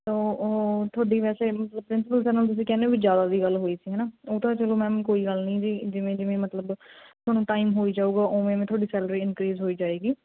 ਤੁਹਾਡੀ ਵੈਸੇ ਮਤਲਬ ਪ੍ਰਿੰਸੀਪਲ ਸਰ ਨਾਲ ਕਹਿੰਦੇ ਹੋ ਵੀ ਜ਼ਿਆਦਾ ਦੀ ਗੱਲ ਹੋਈ ਸੀ ਹੈ ਨਾ ਉਹ ਤਾਂ ਚੱਲੋ ਮੈਮ ਕੋਈ ਗੱਲ ਨਹੀਂ ਜੀ ਜਿਵੇਂ ਜਿਵੇਂ ਮਤਲਬ ਤੁਹਾਨੂੰ ਟਾਈਮ ਹੋਈ ਜਾਊਗਾ ਉਵੇਂ ਉਵੇਂ ਤੁਹਾਡੀ ਸੈਲਰੀ ਇਨਕਰੀਜ ਹੋਈ ਜਾਵੇਗੀ